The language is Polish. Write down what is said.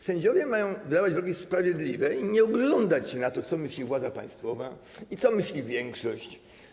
Sędziowie mają wydawać wyroki sprawiedliwe i nie oglądać się na to, co myśli władza państwowa i co myśli większość.